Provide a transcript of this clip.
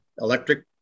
electric